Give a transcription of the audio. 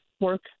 work